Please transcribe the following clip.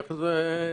איך זה?